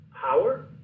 power